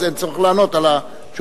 אין צורך לענות על השאלות הבאות.